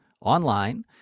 online